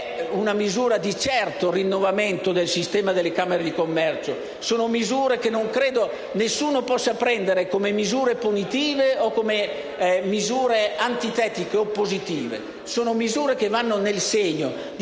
una misura di certo rinnovamento del sistema delle Camere di commercio: sono misure che non credo nessuno possa prendere come punitive o come antitetiche o oppositive. Sono misure che vanno nel segno di